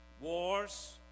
Wars